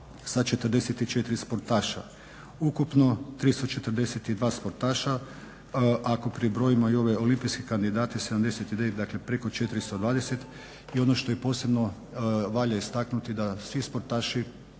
sa 44 sportaša. Ukupno 342 sportaša, ako pribrojimo i ove olimpijske kandidate 79, dakle preko 420 i ono što posebno valja istaknuti da svi sportaši